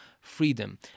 freedom